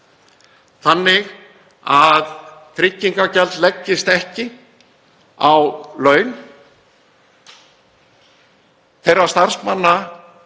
þannig að tryggingagjald leggist ekki á laun þeirra starfsmanna